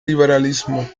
liberalismo